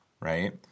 right